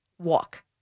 walk